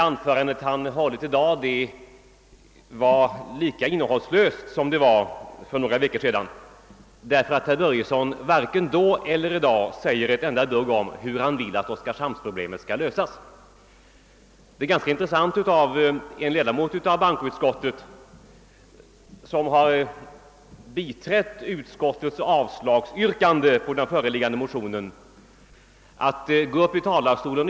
Anförandet var lika innehållslöst i dag som det var då, eftersom herr Börjesson varken då eller nu säger något om hur han vill att oskarshamnsproblemet skall lösas. Herr talman!